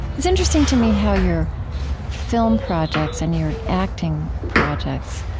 it's interesting to me how your film projects and your acting projects,